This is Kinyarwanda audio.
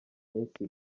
iminsi